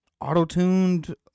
auto-tuned